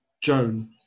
Joan